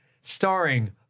starring